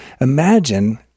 imagine